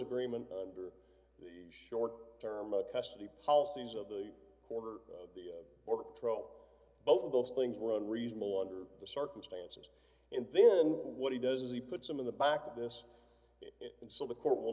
agreement under the short term of custody policies of the corner of the or pro both of those things were unreasonable under the circumstances and then what he does is he puts them in the back of this and so the court will